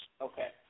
Okay